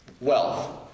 wealth